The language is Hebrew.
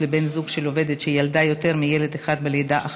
לבן זוג של עובדת שילדה יותר מילד אחד בלידה אחת),